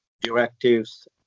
directives